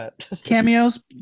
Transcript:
Cameos